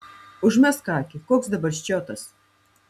užmesk akį koks dabar ščiotas